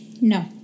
No